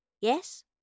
Yes